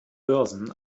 börsen